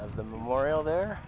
of the memorial there